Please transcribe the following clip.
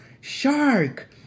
shark